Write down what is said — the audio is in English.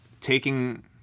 taking